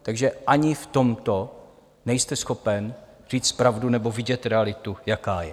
Takže ani v tomto nejste schopen říci pravdu nebo vidět realitu, jaká je.